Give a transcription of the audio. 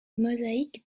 mosaïque